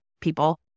people